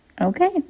Okay